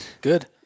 Good